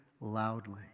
loudly